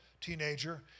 teenager